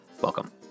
Welcome